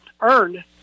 earned